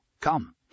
Come